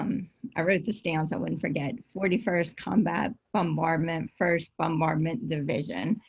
um i wrote this down so i wouldn't forget. forty first combat bombardment first bombardment division,